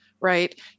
right